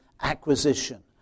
acquisition